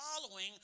following